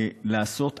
לעשות הכול,